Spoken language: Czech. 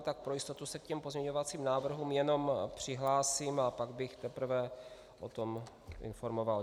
Tak pro jistotu se k těm pozměňovacím návrhům jenom přihlásím a pak bych teprve o tom informoval.